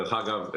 דרך אגב,